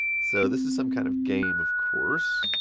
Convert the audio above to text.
so, this is some kind of game, of course.